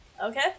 Okay